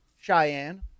Cheyenne